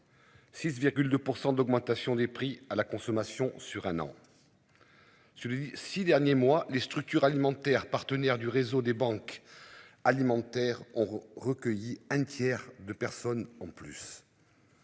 6,2% d'augmentation des prix à la consommation sur un an. Sur les six derniers mois, les structures alimentaires partenaires du réseau des banques. Alimentaires ont recueilli un tiers de personnes en plus.